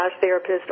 therapist